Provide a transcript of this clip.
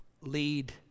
lead